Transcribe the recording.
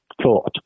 Thought